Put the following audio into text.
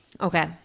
Okay